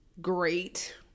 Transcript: Great